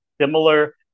similar